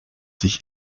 sich